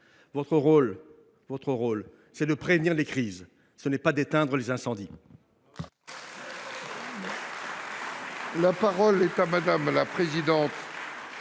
votre rôle, c’est de prévenir les crises, non d’éteindre les incendies.